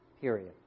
Period